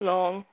Long